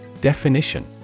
Definition